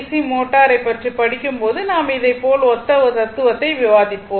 C மோட்டாரை பற்றி படிக்கும்போது நாம் இதே போல் ஒத்த தத்துவத்தை விவாதித்தோம்